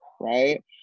Right